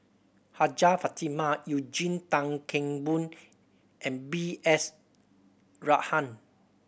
Hajjah Fatimah Eugene Tan Kheng Boon and B S Rajhan